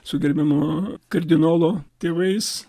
su gerbiamo kardinolo tėvais